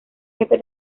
jefe